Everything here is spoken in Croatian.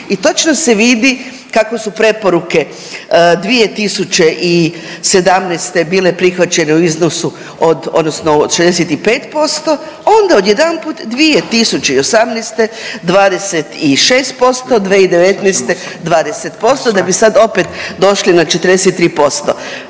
i točno se vidi kako su preporuke 2017. bile prihvaćene u iznosu od odnosno 65% onda odjedanput 2018. 26%, 2019. 20%, da bi sad opet došli na 43%.